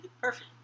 Perfect